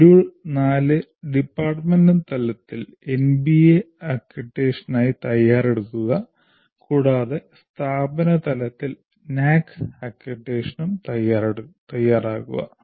module 4 department തലത്തിൽ NBA അക്രഡിറ്റേഷനായി തയ്യാറെടുക്കുക കൂടാതെ സ്ഥാപന തലത്തിൽ എൻഎഎസി അക്രഡിറ്റേഷനും തയ്യാറാകുക